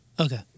Okay